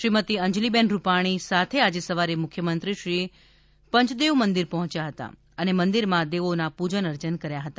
શ્રીમતી અંજલિ બહેન રૂપાણી સાથે આજે સવારે મુખ્યમંત્રીશ્રી પંચદેવ મંદિર પહોંચ્યા હતા અને મંદિરમાં દેવોના પૂજન અર્ચન કર્યા હતા